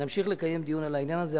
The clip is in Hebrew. ונמשיך לקיים דיון על העניין הזה.